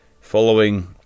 following